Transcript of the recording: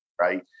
Right